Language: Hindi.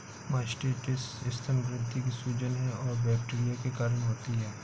मास्टिटिस स्तन ग्रंथि की सूजन है और बैक्टीरिया के कारण होती है